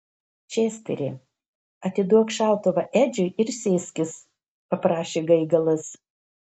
česteri atiduok šautuvą edžiui ir sėskis paprašė gaigalas